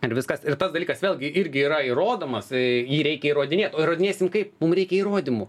ar viskas ir tas dalykas vėlgi irgi yra įrodomas jį reikia įrodinėt o įrodinėsim kaip mum reikia įrodymų